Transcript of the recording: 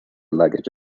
luggage